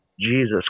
Jesus